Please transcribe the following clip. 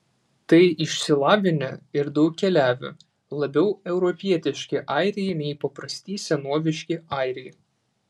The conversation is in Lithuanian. tai išsilavinę ir daug keliavę labiau europietiški airiai nei paprasti senoviški airiai